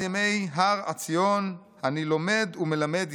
ימי הר עציון אני לומד ומלמד היסטוריה,